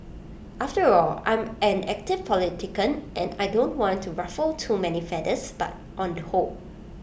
after all I'm an active politician and I don't want to ruffle too many feathers but on the whole